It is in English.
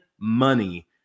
money